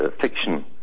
fiction